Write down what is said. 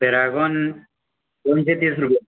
Paragon दोनशे तीस रुपया